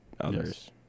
others